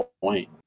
point